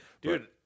Dude